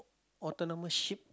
autonomous ship